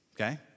Okay